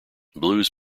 blues